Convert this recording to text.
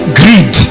greed